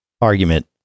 argument